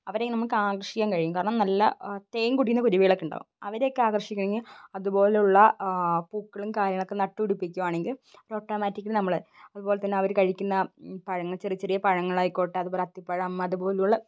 അവരെ നമുക്ക് ആകർഷിക്കാൻ കഴിയും കാരണം നല്ല തേൻ കുടിക്കുന്ന കുരുവികളൊക്കെ ഉണ്ടാവും അവരെയൊക്കെ ആകർഷിക്കണമെങ്കിൽ അതുപോലെയുള്ള പൂക്കളും കാര്യ്ങ്ങളുമൊക്കെ നട്ടു പിടിപ്പിക്കുകയാണെങ്കിൽ ഓട്ടോമാറ്റിക്കലി നമ്മൾ അതുപോലെ തന്നെ അവർ കഴിക്കുന്ന പഴങ്ങൾ ചെറിയ ചെറിയ പഴങ്ങൾ ആയിക്കോട്ടെ അതുപോലെ അത്തിപ്പഴം അതുപോലെയുള്ള